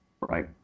right